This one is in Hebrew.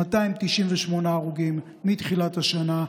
298 הרוגים מתחילת השנה,